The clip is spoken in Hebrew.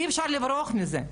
אי אפשר לברוח מזה.